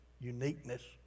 uniqueness